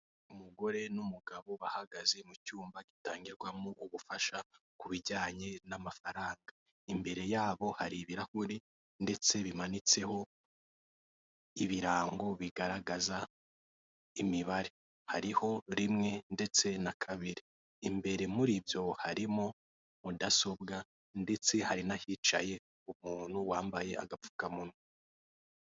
Umugore n'umugabo bahagaze mu cyumba gitangirwamo ubufasha ku bijyanye n'amafaranga. Imbere yabo hari ibirahuri ndetse bimanitseho ibirango bigaragaza imibare, harimo rimwe ndetse na kabiri. Imbere muribyo, harimo mudasobwa ndetse harimo ahicaye umuntu wambaye agapfukamunwa.